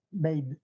made